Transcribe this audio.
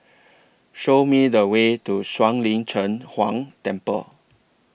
Show Me The Way to Shuang Lin Cheng Huang Temple